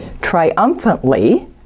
triumphantly